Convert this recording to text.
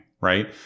right